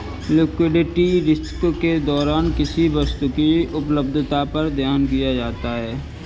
liquidity risk के दौरान किसी वस्तु की उपलब्धता पर ध्यान दिया जाता है